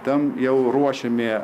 tam jau ruošiami